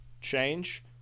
change